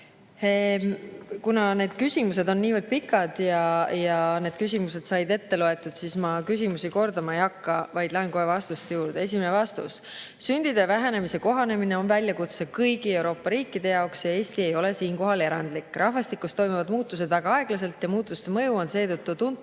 Kuna need küsimused on nii pikad ja küsimused said ette loetud, siis ma küsimusi kordama ei hakka, vaid lähen kohe vastuste juurde. Esimene vastus. Sündide vähenemisega kohanemine on väljakutse kõigi Euroopa riikide jaoks, Eesti ei ole selles erandlik. Rahvastikus toimuvad muutused väga aeglaselt ja muutuste mõju on seetõttu tuntav